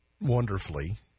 wonderfully